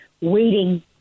waiting